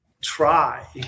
try